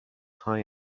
high